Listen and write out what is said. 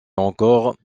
encore